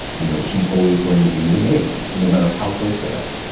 you know she's always going to be the maid no matter how close they are.